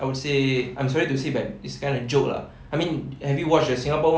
I would say I'm sorry to say but it's kind of joke lah I mean have you watch the singapore [one]